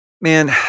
man